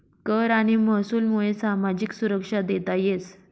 कर आणि महसूलमुये सामाजिक सुरक्षा देता येस